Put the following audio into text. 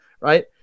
Right